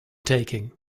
taking